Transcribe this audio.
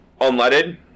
unleaded